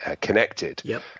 connected